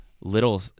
little